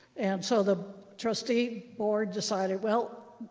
and so the trustee board decided, well,